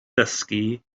ddysgu